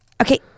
okay